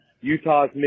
Utah's